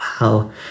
wow